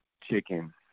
chicken